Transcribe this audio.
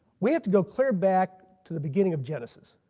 we have to go clear back to the beginning of genesis.